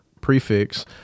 prefix